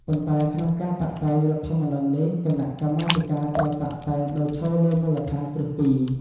ប៉ុន្តែក្នុងការតាក់តែងរដ្ឋធម្មនុញ្ញនេះ គណៈកម្មាធិការត្រូវតាក់តែងដោយឈរលើមូលដ្ឋានគ្រឹះពីរ។